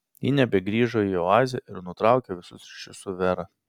ji nebegrįžo į oazę ir nutraukė visus ryšius su vera